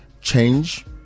Change